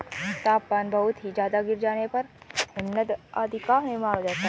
तापमान बहुत ही ज्यादा गिर जाने पर हिमनद आदि का निर्माण हो जाता है